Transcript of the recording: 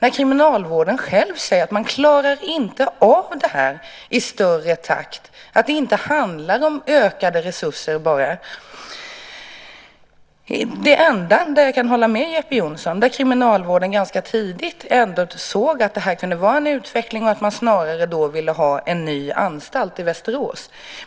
Kriminalvården själv säger att man inte klarar av att bygga ut i högre takt. Det handlar inte bara om ökade resurser. Det enda som jag kan hålla med Jeppe Johnsson om är att kriminalvården ganska tidigt såg att man ville ha en ny anstalt i Västerås.